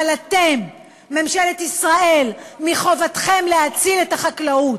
אבל אתם, ממשלת ישראל, מחובתכם להציל את החקלאות,